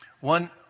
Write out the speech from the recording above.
One